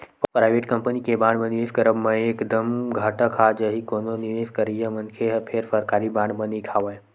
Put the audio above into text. private company के bond म निवेस करब म एक दम घाटा खा जाही कोनो निवेस करइया मनखे ह फेर सरकारी बांड म नइ खावय